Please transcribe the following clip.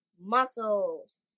Muscles